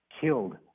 killed